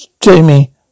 Jamie